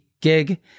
gig